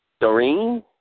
Doreen